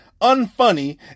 unfunny